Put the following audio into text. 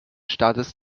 staates